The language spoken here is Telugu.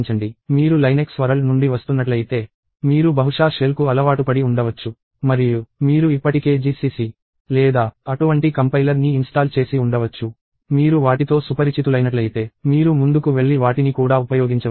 మీరు Linux వరల్డ్ నుండి వస్తున్నట్లయితే మీరు బహుశా షెల్కు అలవాటుపడి ఉండవచ్చు మరియు మీరు ఇప్పటికే GCC లేదా అటువంటి కంపైలర్ని ఇన్స్టాల్ చేసి ఉండవచ్చు మీరు వాటితో సుపరిచితులైనట్లయితే మీరు ముందుకు వెళ్లి వాటిని కూడా ఉపయోగించవచ్చు